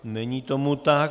Není tomu tak.